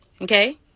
Okay